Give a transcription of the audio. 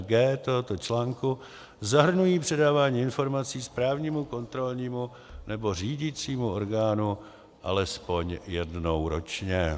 g) tohoto článku zahrnují předávání informací správnímu, kontrolnímu nebo řídicímu orgánu alespoň jednou ročně.